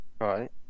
right